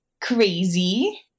crazy